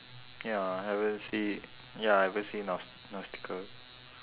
ya haven't see ya haven't see naus~ nausicaa